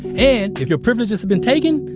and your privileges have been taken,